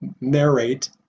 narrate